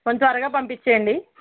కొంచెం త్వరగా పంపించెయ్యండి